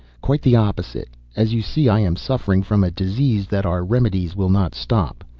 quite the opposite. as you see i am suffering from a disease that our remedies will not stop.